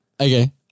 Okay